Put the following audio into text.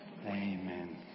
Amen